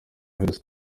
virusi